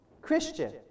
Christian